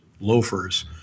loafers